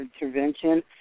Intervention